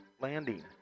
landing